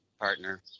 partner